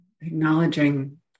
Acknowledging